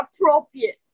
appropriate